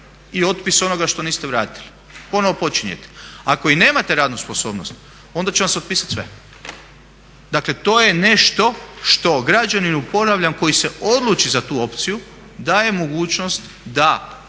i otpis onoga što niste vratili. Ponovo počinjete. Ako i nemate radnu sposobnost onda će vam se otpisat sve. Dakle to je nešto što građaninu ponavljam koji se odluči za tu opciju daje mogućnost da